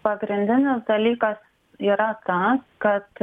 pagrindinis dalykas yra tas kad